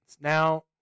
Now